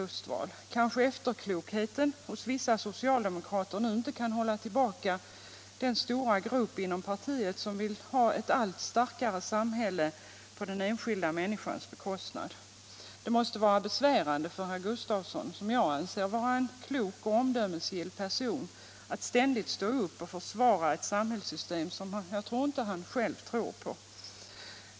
sysselsättningen i Blekinge Kanske efterklokheten hos vissa socialdemokrater nu inte kan hålla tillbaka den stora grupp inom partiet som vill ha ett allt starkare samhälle på den enskilda människans bekostnad. Det måste vara besvärande för herr Gustafsson, som jag anser vara en klok och omdömesgill person, att ständigt stå upp och försvara ett samhällssystem som jag föreställer mig att han inte själv tror på.